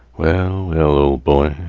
well, well, ol' boy,